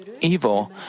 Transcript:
evil